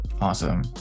Awesome